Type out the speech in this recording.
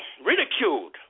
ridiculed